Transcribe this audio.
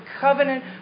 covenant